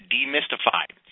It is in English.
Demystified